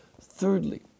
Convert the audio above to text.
Thirdly